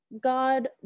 God